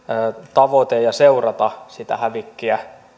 tavoite ja seurata sitä hävikkiä